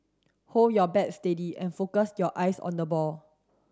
hold your bat steady and focus your eyes on the ball